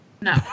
No